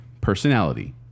Personality